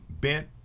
bent